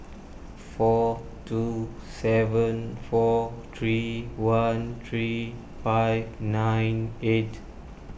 four two seven four three one three five nine eight